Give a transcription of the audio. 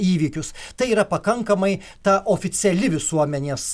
įvykius tai yra pakankamai ta oficiali visuomenės